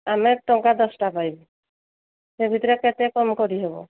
ଆମେ ଟଙ୍କା ଦଶଟା ପାଇବୁ ସେ ଭିତରେ କେତେ କମ୍ କରିହେବ